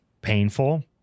painful